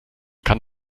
kann